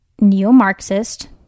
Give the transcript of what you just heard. neo-Marxist